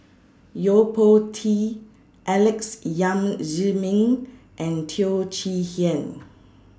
Yo Po Tee Alex Yam Ziming and Teo Chee Hean